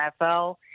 NFL